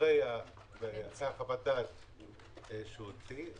אחרי חוות הדעת שהוא הוציא.